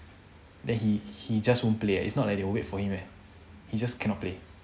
then he he just won't play eh it's not like they'll wait for him eh he just cannot play